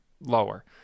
lower